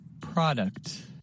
Product